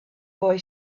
boy